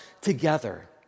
together